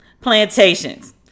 Plantations